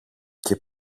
και